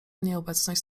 nieobecność